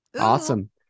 awesome